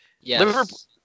Yes